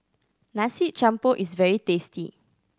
Nasi Campur is very tasty